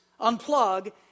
unplug